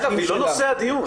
אגב, היא לא נושא הדיון.